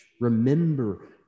Remember